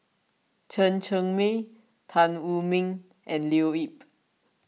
Chen Cheng Mei Tan Wu Meng and Leo Yip